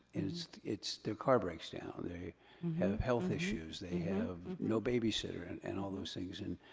it's it's their car breaks down, they have health issues, they have no babysitter, and and all those things. and